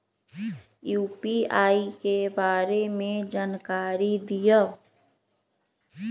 UPI के बारे में जानकारी दियौ?